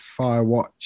Firewatch